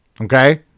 Okay